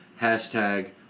hashtag